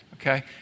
okay